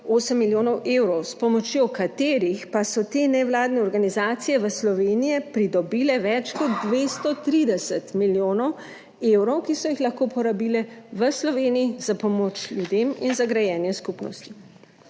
8 milijonov evrov, s pomočjo katerih pa so te nevladne organizacije v Sloveniji pridobile več kot 230 milijonov evrov, ki so jih lahko porabile v Sloveniji za pomoč ljudem in za grajenje skupnosti.